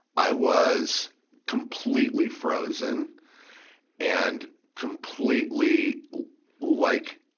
i was completely frozen and completely like,